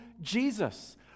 Jesus